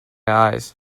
eyes